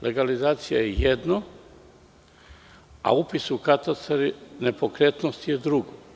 Legalizacija je jedno, a upis u katastar nepokretnosti je drugo.